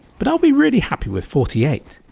but are we really happy with forty eight?